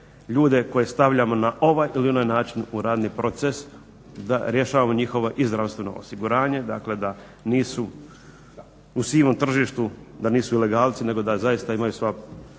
ljude koje stavljamo na ovaj ili onaj način u radni proces, da rješavamo njihova i zdravstveno osiguranje, dakle da nisu u sivom tržištu, da nisu ilegalci nego da zaista imaju svoja,